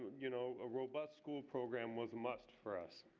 you know, a robust school program was a must for us.